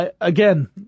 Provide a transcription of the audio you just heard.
Again